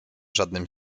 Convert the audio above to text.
żadnym